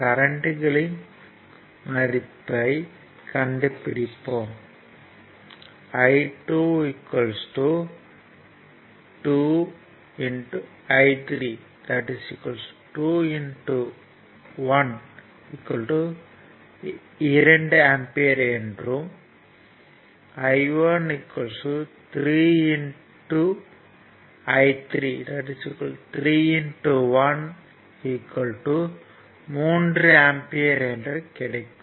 கரண்ட்களின் மதிப்பு ஐ கண்டுபிடிப்போம் I2 2 I3 2 1 2 ஆம்பியர் என்றும் I1 3 I3 3 1 3 ஆம்பியர் என கிடைக்கும்